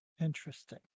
Interesting